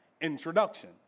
introduction